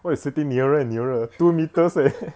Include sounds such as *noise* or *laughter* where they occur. why you sitting nearer and nearer two metres leh *laughs*